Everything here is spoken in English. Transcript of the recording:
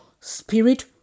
spirit